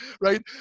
Right